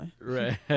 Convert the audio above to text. right